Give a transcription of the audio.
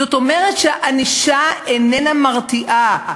זאת אומרת שהענישה איננה מרתיעה.